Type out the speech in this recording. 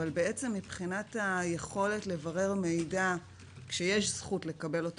אבל מבחינת היכולת לברר מידע כשיש זכות לקבל אותו